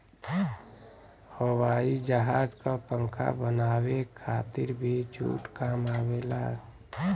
हवाई जहाज क पंखा बनावे के खातिर भी जूट काम आवेला